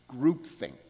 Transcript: groupthink